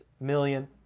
million